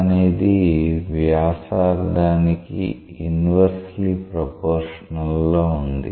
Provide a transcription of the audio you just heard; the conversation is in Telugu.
అనేది వ్యాసార్థాని కి ఇన్వెర్స్లీ ప్రొపోర్షనల్ లో ఉంది